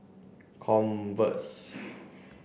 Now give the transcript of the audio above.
converse